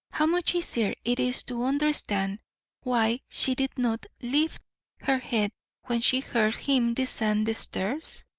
how much easier it is to understand why she did not lift her head when she heard him descend the stairs!